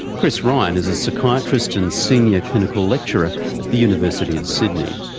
chris ryan is a psychiatrist and senior clinical lecturer at the university of sydney.